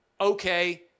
okay